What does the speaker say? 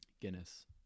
Guinness